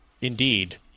indeed